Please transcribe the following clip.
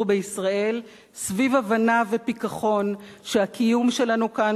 בישראל סביב הבנה ופיכחון שהקיום שלנו כאן,